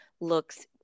looks